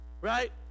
right